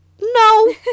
no